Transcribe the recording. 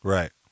Right